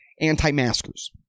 anti-maskers